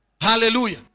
Hallelujah